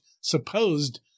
supposed